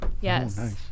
Yes